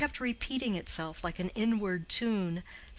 which kept repeating itself like an inward tune,